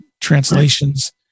translations